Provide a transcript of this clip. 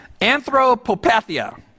Anthropopathia